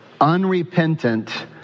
unrepentant